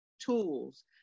tools